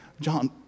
John